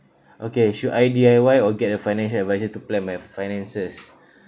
okay should I D_I_Y or get a financial advisor to plan my finances